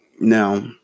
Now